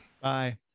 Bye